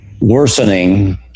worsening